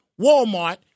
Walmart